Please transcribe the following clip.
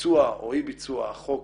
ביצוע או אי ביצוע החוק